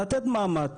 לתת מעמד